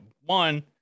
One